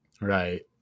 Right